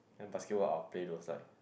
then basketball I'll play those like